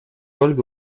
ольга